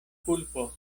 kulpo